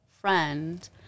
friend